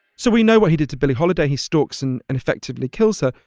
so we know what he did to billie holiday. he stalks and and effectively kills her.